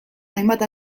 hainbat